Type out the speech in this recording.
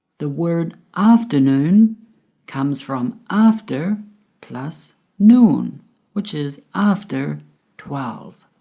the word afternoon comes from after plus noon which is after twelve.